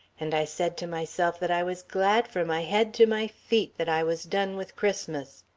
and i said to myself that i was glad from my head to my feet that i was done with christmas.